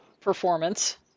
performance